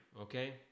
Okay